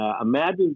Imagine